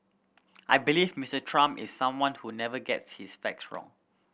I believe Mister Trump is someone who never gets his facts wrong